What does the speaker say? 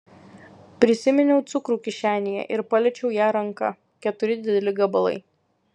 prisiminiau cukrų kišenėje ir paliečiau ją ranka keturi dideli gabalai